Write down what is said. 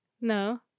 No